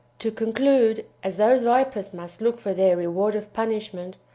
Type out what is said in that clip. to conclude, as those vipers must look for their reward of punishment,